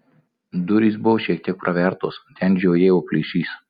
durys buvo šiek tiek pravertos ten žiojėjo plyšys